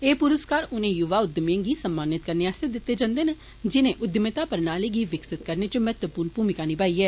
एह् पुरस्कार उनें युवा उद्यमिएं गी सम्मानित करने आस्तै दिते जन्दे न जिनें उद्यमिता प्रणाली गी विकसित करने च महत्वपूर्ण भूमिका निभाई ऐ